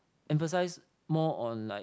emphasise more on like